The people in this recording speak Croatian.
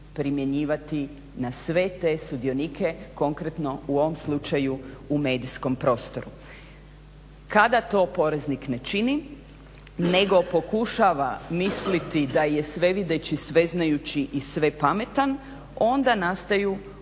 primjenjivati na sve te sudionike konkretno u ovom slučaju u medijskom prostoru. Kada to poreznik ne čini nego pokušava misliti da je svevideći, sveznajući i svepametan onda nastaju ovakve